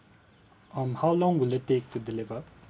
um how long will it take to deliver